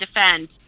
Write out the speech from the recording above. defend